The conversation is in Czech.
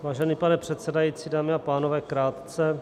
Vážený pane předsedající, dámy a pánové, krátce.